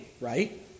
right